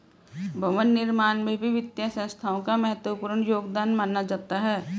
भवन निर्माण में भी वित्तीय संस्थाओं का महत्वपूर्ण योगदान माना जाता है